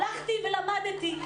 הלכתי ולמדתי.